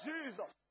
Jesus